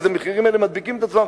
והמחירים האלה מדביקים את עצמם,